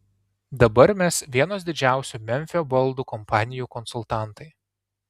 dabar mes vienos didžiausių memfio baldų kompanijų konsultantai